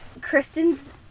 Kristen's